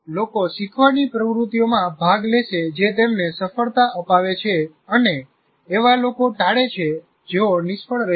લોકો શીખવાની પ્રવૃત્તિઓમાં ભાગ લેશે જે તેમને સફળતા અપાવે છે અને એવા લોકો ટાળે છે જેવો નિષ્ફળ રહ્યા છે